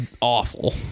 awful